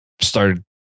started